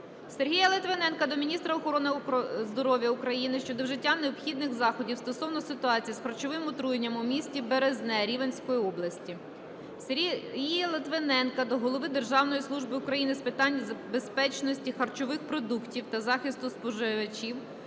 Сергія Литвиненка до міністра охорони здоров'я України щодо вжиття необхідних заходів стосовно ситуації з харчовим отруєнням у місті Березне Рівненської області. Сергія Литвиненка до голови Державної служби України з питань безпечності харчових продуктів та захисту споживачів